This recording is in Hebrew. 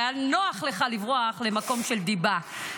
והיה נוח לך לברוח למקום של דיבה.